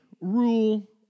rule